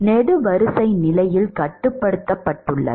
நெடுவரிசை நிலையில் கட்டுப்படுத்தப்பட்டுள்ளது